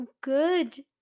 good